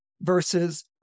versus